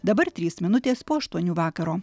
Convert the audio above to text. dabar trys minutės po aštuonių vakaro